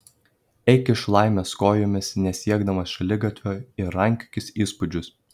eik iš laimės kojomis nesiekdamas šaligatvio ir rankiokis įspūdžius